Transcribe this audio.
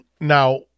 now